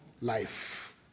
life